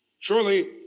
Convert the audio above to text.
Surely